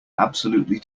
absolutely